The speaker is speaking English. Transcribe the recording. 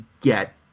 get